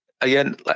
again